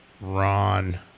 Ron